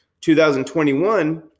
2021